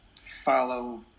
follow